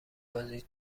بازی